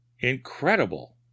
Incredible